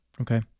Okay